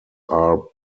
are